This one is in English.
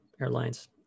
airlines